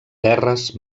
terres